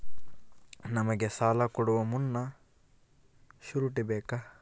ನಮಗೆ ಸಾಲ ಕೊಡುವ ಮುನ್ನ ಶ್ಯೂರುಟಿ ಬೇಕಾ?